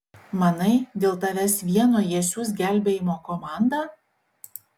manai dėl tavęs vieno jie siųs gelbėjimo komandą